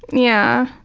yeah.